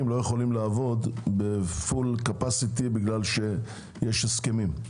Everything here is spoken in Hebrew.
לא יכולים לעבוד בפול קאפסיטי בגלל שיש הסכמים.